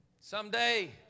Someday